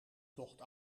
tocht